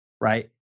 right